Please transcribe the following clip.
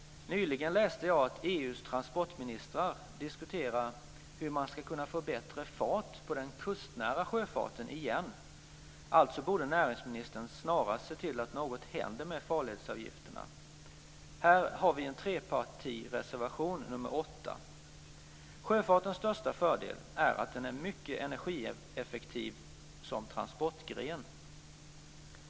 Nyligen läste jag att EU:s transportministrar diskuterar hur man ska kunna få bättre fart på den kustnära sjöfarten igen. Alltså borde näringsministern snarast se till att något händer med farledsavgifterna. Här har vi en trepartireservation, nr 8. Sjöfartens största fördel är att den är en mycket energieffektiv transportgren.